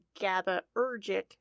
GABAergic